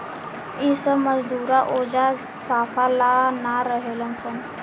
इ सब मजदूरा ओजा साफा ला ना रहेलन सन